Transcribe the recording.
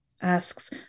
Asks